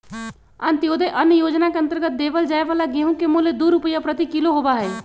अंत्योदय अन्न योजना के अंतर्गत देवल जाये वाला गेहूं के मूल्य दु रुपीया प्रति किलो होबा हई